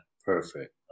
perfect